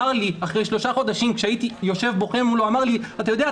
אחרי שלושה חודשים כשישבתי בוכה מולו אמר לי: אתה יודע,